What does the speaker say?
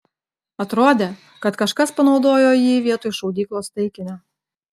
atrodė kad kažkas panaudojo jį vietoj šaudyklos taikinio